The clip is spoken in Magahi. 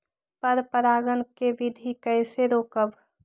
पर परागण केबिधी कईसे रोकब?